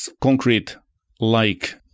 concrete-like